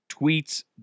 tweets